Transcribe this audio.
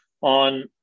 on